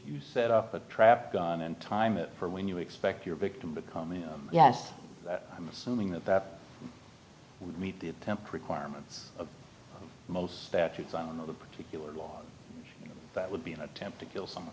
you set up a trap gun and time it for when you expect your victim but yes i'm assuming that that would meet the attempt requirements of most statutes on the particular law that would be an attempt to kill someone